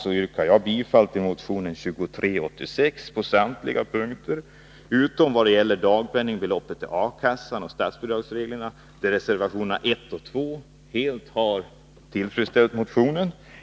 Jag yrkar med detta bifall till motion 2386 på samtliga punkter utom vad gäller dagpenningbeloppet till A-kassan och statsbidragsreglerna, där reservationerna 1 och 2 tillfredsställer vpk:s motionsyrkande.